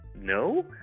no